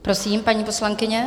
Prosím, paní poslankyně.